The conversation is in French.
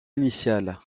initiale